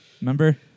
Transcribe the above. Remember